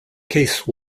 case